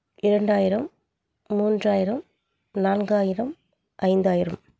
இரண்டாயிரம் மூன்றாயிரம் நான்காயிரம் ஐந்தாயிரம்